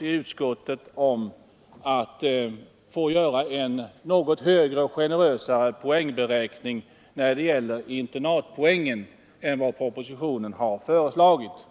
Utskottet har enats om en något generösare poängberäkning när det gäller internatpoängen än vad som föreslagits i